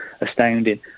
astounding